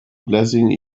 blessing